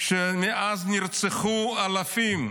שמאז נרצחו אלפים,